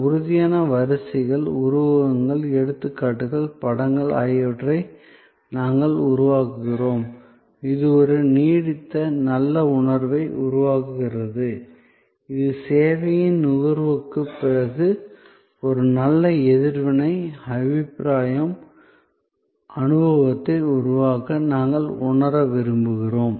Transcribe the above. உறுதியான வரிசைகள் உருவகங்கள் எடுத்துக்காட்டுகள் படங்கள் ஆகியவற்றை நாங்கள் உருவாக்குகிறோம் இது ஒரு நீடித்த நல்ல உணர்வை உருவாக்குகிறது இது சேவையின் நுகர்வுக்குப் பிறகு ஒரு நல்ல எதிர்வினை அபிப்ராயம் அனுபவத்தை உருவாக்க நாங்கள் உணர விரும்புகிறோம்